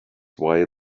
why